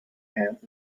pants